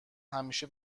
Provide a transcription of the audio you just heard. همیشه